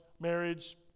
marriage